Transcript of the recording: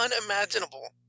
unimaginable